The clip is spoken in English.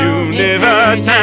universe